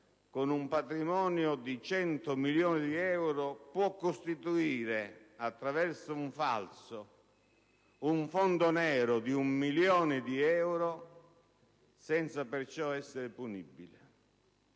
con un patrimonio di 100 milioni di euro può costituire attraverso un falso un fondo nero di un milione di euro senza per ciò essere punibile.